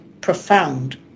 profound